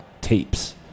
tapes